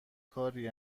کاری